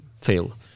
fail